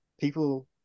people